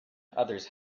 others